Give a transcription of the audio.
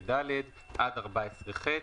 ו-14ד(ה)(1)(ד) עד 14ח,